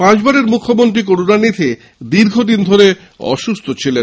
পাঁচবারের মুখ্যমন্ত্রী করুণানিধি দীর্ঘদিন ধরে অসুস্হ ছিলেন